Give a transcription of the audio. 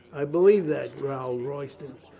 i believe that, growled royston.